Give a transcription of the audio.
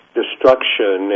destruction